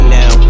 now